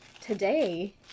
today